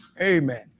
Amen